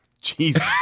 Jesus